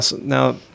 now